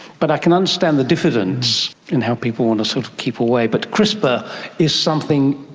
but i can understand the diffidence and how people want to sort of keep away. but crispr is something,